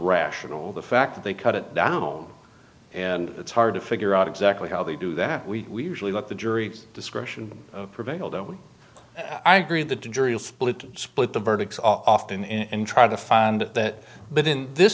rational the fact that they cut it down and it's hard to figure out exactly how they do that we really like the jury discretion prevailed though i agree the jury is split split the verdicts often and try to find that but in this